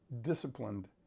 disciplined